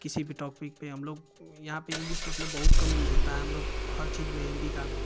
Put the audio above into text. किसी भी टौपिक पर हम लोग यहाँ पर इंग्लिस मतलब बहुत कम यूज़ होता है हम लोग हर चीज़ में हिन्दी का